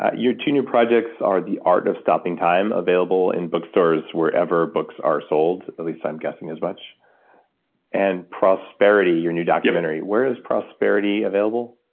your two new projects are the art of stopping time, available in bookstores wherever books are sold. at least i'm guessing as much and prosperity, your new documentary. where is prosperity available?